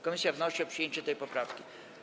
Komisja wnosi o przyjęcie tej poprawki.